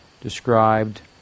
described